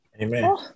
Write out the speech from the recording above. Amen